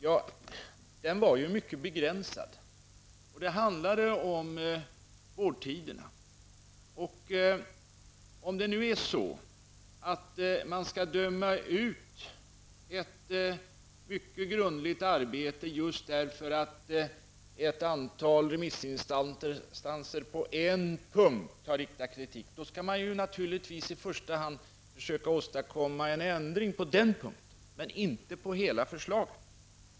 Ja, den kritiken var ju mycket begränsad. Det gällde vårdtiderna. Skall man döma ut ett mycket grundligt arbete därför att ett antal remissinstanser på en punkt har riktat kritik? Man skall naturligtvis i första hand försöka åstadkomma en ändring på den punkten, men inte av hela förslaget.